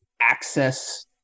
access